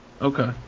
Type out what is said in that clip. okay